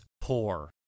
poor